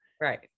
Right